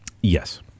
Yes